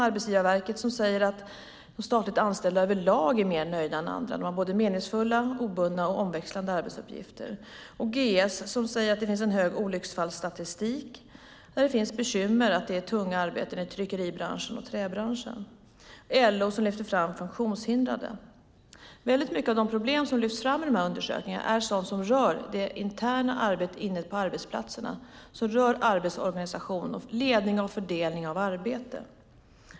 Arbetsgivarverket säger att de statligt anställda över lag är mer nöjda än andra. De har både meningsfulla, obundna och omväxlande arbetsuppgifter. GS säger att det finns en hög olycksfallsstatistik och att det är bekymmer med tunga arbeten i tryckeribranschen och träbranschen. LO lyfter fram funktionshindrade. Mycket av de problem som lyfts fram i undersökningarna är sådant som rör det interna arbetet inne på arbetsplatserna. Det rör arbetsorganisation och ledning och fördelning av arbete.